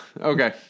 Okay